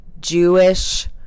Jewish